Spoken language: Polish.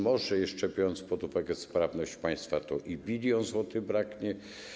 Może jeszcze, biorąc pod uwagę sprawność państwa, to i biliona złotych zabraknie.